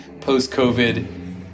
post-COVID